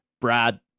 Brad